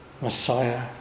Messiah